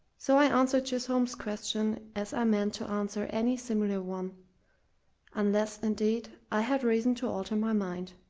so i answered chisholm's question as i meant to answer any similar one unless, indeed, i had reason to alter my mind.